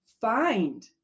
find